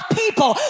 people